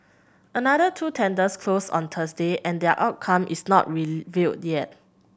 another two tenders closed on Thursday and their outcome is not revealed yet